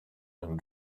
and